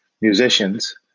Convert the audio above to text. musicians